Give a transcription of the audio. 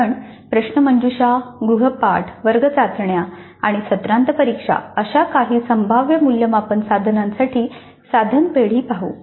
आपण प्रश्नमंजुषा गृहपाठ वर्ग चाचण्या आणि सत्रांत परीक्षा अशा काही संभाव्य मूल्यमापन साधनांसाठी साधन पेढी पाहू